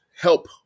help